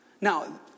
Now